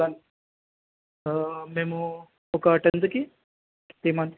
వల్ మేము ఒక టెన్త్కి త్రీ మంత్స్